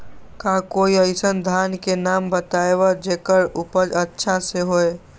का कोई अइसन धान के नाम बताएब जेकर उपज अच्छा से होय?